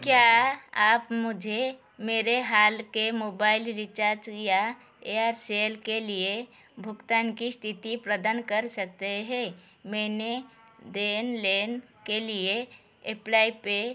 क्या आप मुझे मेरे हाल के मोबाइल रिचार्ज या एयरसेल के लिए भुगतान की स्थिति प्रदान कर सकते हैं मैंने देन लेन के लिए एप्लाई पे